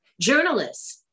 journalists